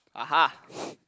(uh huh)